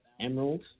Emerald